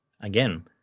Again